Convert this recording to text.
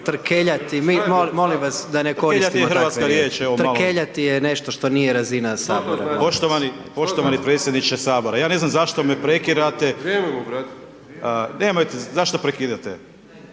Trkeljati je nešto što nije razina sabora./… poštovani predsjedniče sabora ja ne znam zašto me prekidate, nemojte zašto prekidate,